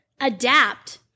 adapt